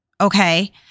okay